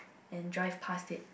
and drive past it